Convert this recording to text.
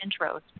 intros